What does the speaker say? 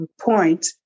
point